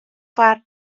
foar